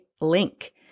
link